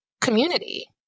community